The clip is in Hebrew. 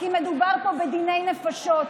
כי מדובר פה בדיני נפשות.